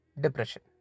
depression